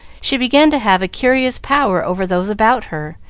she began to have a curious power over those about her,